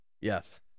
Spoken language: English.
Yes